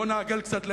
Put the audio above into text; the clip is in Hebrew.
בואו נעגל קצת למעלה,